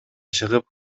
чыгып